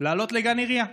לעלות לגן עירייה.